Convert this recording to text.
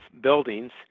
buildings